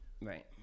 Right